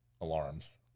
Alarms